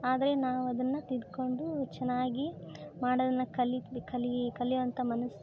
ಆದರೆ ನಾವು ಅದನ್ನು ತಿದ್ದುಕೊಂಡು ಚೆನ್ನಾಗಿ ಮಾಡೋದನ್ನು ಕಲಿಬ್ ಕಲೀ ಕಲಿಯುವಂಥ ಮನಸ್ಸು